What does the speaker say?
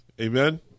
Amen